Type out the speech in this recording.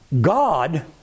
God